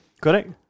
Correct